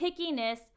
pickiness